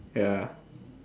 ya